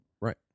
Right